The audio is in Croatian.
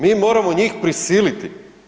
Mi moramo njih prisiliti.